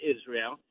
Israel